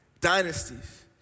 dynasties